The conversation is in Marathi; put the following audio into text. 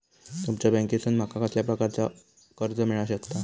तुमच्या बँकेसून माका कसल्या प्रकारचा कर्ज मिला शकता?